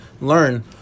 learn